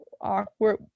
awkward